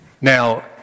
Now